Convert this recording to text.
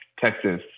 Texas